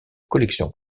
collection